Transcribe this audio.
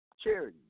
charity